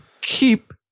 Keep